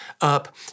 up